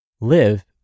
Live